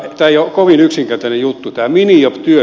ei ole kovin yksinkertainen juttu tämä minijob työ